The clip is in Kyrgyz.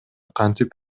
кантип